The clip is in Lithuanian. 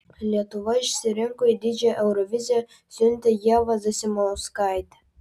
lietuva išsirinko į didžiąją euroviziją siuntė ievą zasimauskaitę